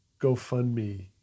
GoFundMe